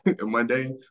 Monday